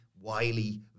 wily